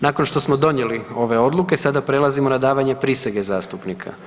Nakon što smo donijeli ove odluke, sada prelazimo na davanje prisege zastupnika.